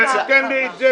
תן לי את זה